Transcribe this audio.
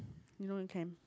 you know you can